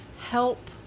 help